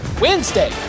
Wednesday